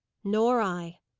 nor i.